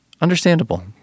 understandable